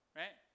right